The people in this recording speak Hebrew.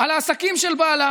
על עסקים של בעלה?